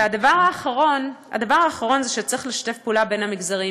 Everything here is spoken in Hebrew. והדבר האחרון זה שצריך לשתף פעולה בין המגזרים.